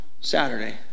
Saturday